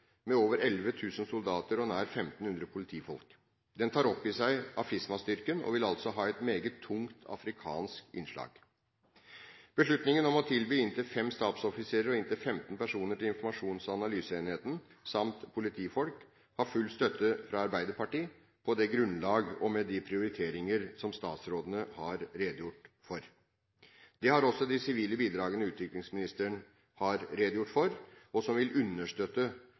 med over 11 000 soldater og nær 1 500 politifolk. Den tar opp i seg AFISMA-styrken og vil altså ha et meget tungt afrikansk innslag. Beslutningen om å tilby inntil fem stabsoffiserer og inntil 15 personer til informasjons- og analyseenheten samt politifolk har full støtte fra Arbeiderpartiet, på det grunnlaget og med de prioriteringer som statsrådene har redegjort for. Det har også de sivile bidragene utviklingsministeren har redegjort for, og som vil understøtte